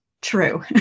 True